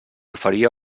oferia